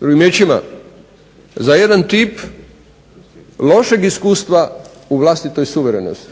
Drugim riječima za jedan tip lošeg iskustva u vlastitoj suverenosti